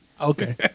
Okay